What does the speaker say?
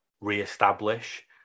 re-establish